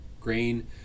grain